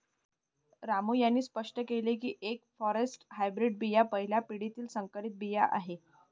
रामू यांनी स्पष्ट केले की एफ फॉरेस्ट हायब्रीड बिया पहिल्या पिढीतील संकरित बिया आहेत